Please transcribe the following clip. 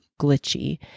glitchy